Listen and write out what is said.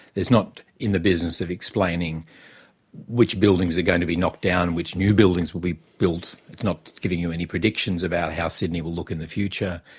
it's not in the business of explaining which buildings are going to be knocked down and which new buildings will be built, it's not giving you any predictions about how sydney will look in the future,